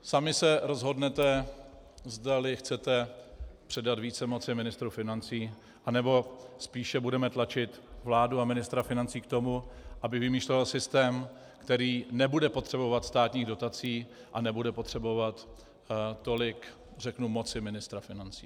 Sami se rozhodnete, zdali chcete předat více moci ministru financí, anebo spíše budeme tlačit vládu a ministra financí k tomu, aby vymýšlel systém, který nebude potřebovat státní dotace a nebude potřebovat tolik moci ministra financí.